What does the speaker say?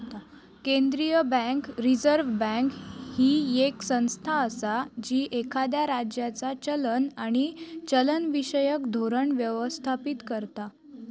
केंद्रीय bank, reserve bank, ही येक संस्था असा जी एखाद्या राज्याचा चलन आणि चलनविषयक धोरण व्यवस्थापित करता